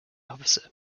officer